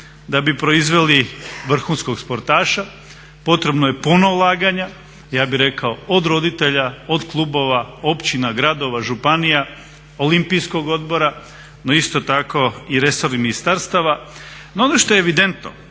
da bi proizveli vrhunskog sportaša, potrebno je puno ulaganja, ja bih rekao od roditelja, od klubova, općina, gradova, županija, olimpijskog odbora no isto tako i resornih ministarstava. No ono što je evidentno,